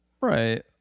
Right